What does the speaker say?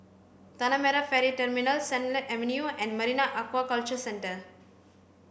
Tanah Merah Ferry Terminal Sennett Avenue and Marine Aquaculture Centre